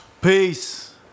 Peace